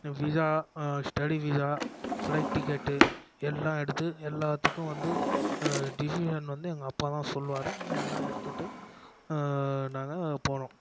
visa studies visa flight ticket எல்லாம் எடுத்து எல்லாத்துக்கும் வந்து டிஷிசன் வந்து எங்கள் அப்பாதான் சொல்லுவார் எல்லாம் எடுத்துகிட்டு நாங்கள் போனோம்